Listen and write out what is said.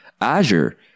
Azure